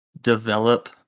develop